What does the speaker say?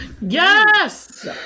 Yes